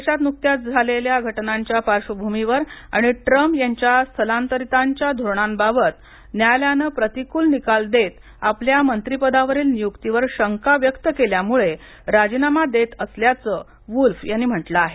देशात नुकत्याच झालेल्या घटनांच्या पार्श्वभूमीवर आणि ट्रम्प यांच्या स्थलांतरितांच्या धोरणांबाबत न्यायालयानं प्रतिकूल निकाल देत आपल्या मंत्रीपदावरील नियुक्तीवर शंका व्यक्त केल्यामुळं राजीनामा देत असल्याचं वूल्फ यांनी म्हटलं आहे